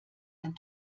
ein